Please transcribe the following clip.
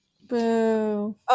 Boo